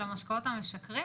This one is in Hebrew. של המשקאות המשכרים,